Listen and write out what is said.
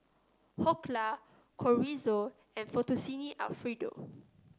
Dhokla Chorizo and Fettuccine Alfredo